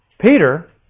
Peter